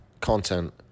content